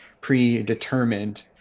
predetermined